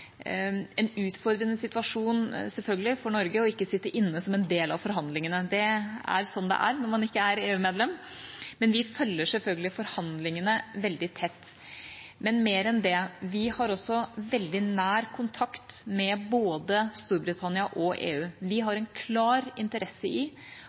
en utfordrende situasjon selvfølgelig for Norge ikke å sitte inne som en del av forhandlingene. Det er sånn det er når man ikke er EU-medlem. Vi følger selvfølgelig forhandlingene veldig tett, men mer enn det: Vi har også veldig nær kontakt med både Storbritannia og EU. Vi